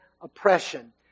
oppression